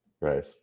Right